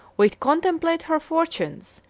we contemplate her fortunes,